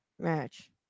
Match